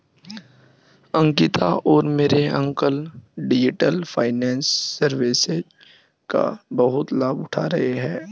अंकिता और मेरे uncle digital finance services का बहुत लाभ उठा रहे हैं